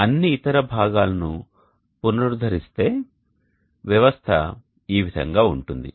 అన్ని ఇతర భాగాలను పునరుద్ధరిస్తే వ్యవస్థ ఈ విధంగా ఉంటుంది